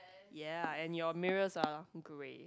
ya and your mirrors are grey